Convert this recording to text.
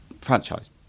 franchise